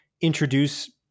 introduce